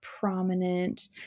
prominent